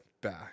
back